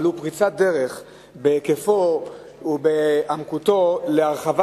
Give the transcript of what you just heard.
אבל הוא פריצת דרך בהיקפו ובעמקותו להרחבה